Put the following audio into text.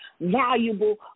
valuable